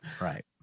right